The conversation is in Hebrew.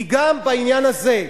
כי גם בעניין הזה,